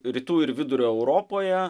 rytų ir vidurio europoje